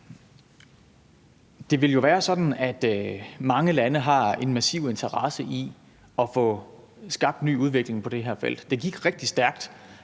mange lande har en massiv interesse i få skabt en ny udvikling på det her felt. Det gik rigtig stærkt,